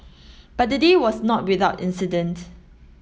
but the day was not without incident